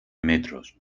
metros